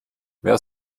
wer